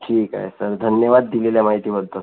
ठीक आहे सर धन्यवाद दिलेल्या माहितीबद्दल